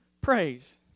praise